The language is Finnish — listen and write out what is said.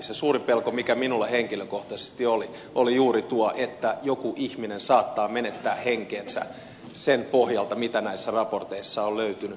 se suuri pelko joka minulla henkilökohtaisesti oli oli juuri tuo että joku ihminen saattaa menettää henkensä sen pohjalta mitä näistä raporteista on löytynyt